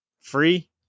free